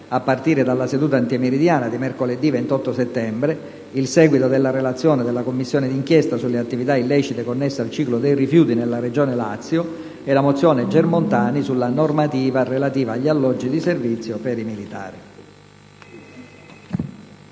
a partire dalla seduta antimeridiana di mercoledì 28 settembre - il seguito dell'esame della relazione della Commissione di inchiesta sulle attività illecite connesse al ciclo dei rifiuti nella regione Lazio e la mozione Germontani sulla normativa relativa agli alloggi di servizio per i militari.